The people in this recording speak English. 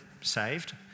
saved